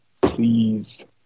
please